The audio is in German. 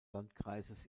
landkreises